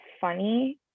funny